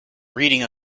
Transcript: reading